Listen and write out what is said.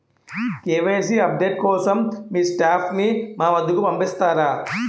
KYC update కోసం మీ staff ని మా వద్దకు పంపిస్తారా?